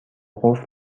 قفل